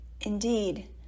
Indeed